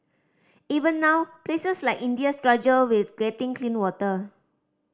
even now places like India struggle with getting clean water